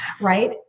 right